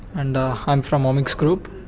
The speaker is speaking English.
and i'm from omics group.